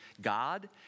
God